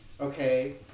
okay